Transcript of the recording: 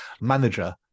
manager